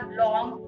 long